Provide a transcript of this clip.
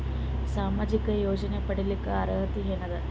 ಸಾಮಾಜಿಕ ಯೋಜನೆ ಪಡಿಲಿಕ್ಕ ಅರ್ಹತಿ ಎನದ?